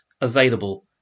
available